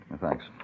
Thanks